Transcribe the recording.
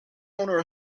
owner